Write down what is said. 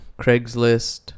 Craigslist